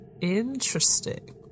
Interesting